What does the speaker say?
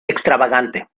extravagante